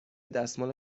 دستمال